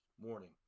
morning